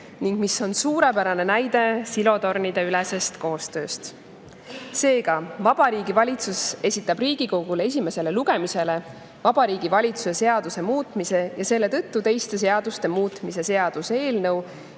ning mis on suurepärane näide silotornideülesest koostööst. Vabariigi Valitsus esitab Riigikogule esimesele lugemisele Vabariigi Valitsuse seaduse muutmise ja selle tõttu teiste seaduste muutmise seaduse eelnõu